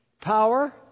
Power